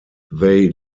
they